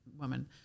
woman